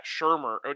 Shermer